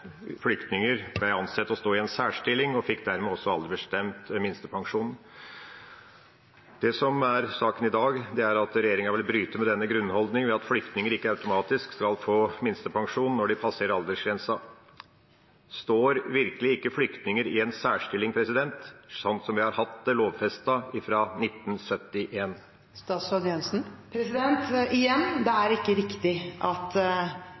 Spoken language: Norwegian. flyktninger ble ansett å stå i en særstilling og fikk dermed også aldersbestemt minstepensjonen. Det som er saken i dag, er at regjeringa vil bryte med denne grunnholdningen ved at flyktninger ikke automatisk skal få minstepensjon når de passerer aldersgrensa. Står virkelig ikke flyktninger i en særstilling, slik vi har hatt det lovfestet fra 1971? Igjen: Det er ikke riktig at det